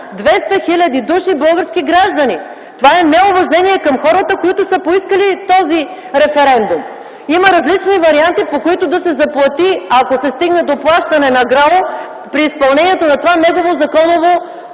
200 хиляди души български граждани! Това е неуважение към хората, които са поискали този референдум! Има различни варианти, по които да се заплати, ако се стигне до плащане на ГРАО при изпълнението на това негово законово